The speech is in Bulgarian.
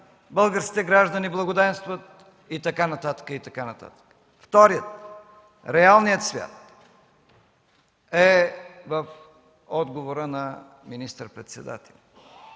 българските граждани благоденстват и така нататък, и така нататък. Вторият – реалният свят, е в отговора на министър-председателя.